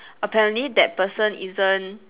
apparently that person isn't